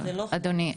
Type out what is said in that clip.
אדוני,